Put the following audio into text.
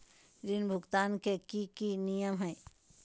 ऋण भुगतान के की की नियम है?